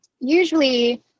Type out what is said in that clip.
Usually